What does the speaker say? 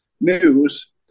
news